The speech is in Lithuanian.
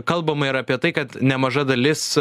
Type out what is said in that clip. kalbama ir apie tai kad nemaža dalis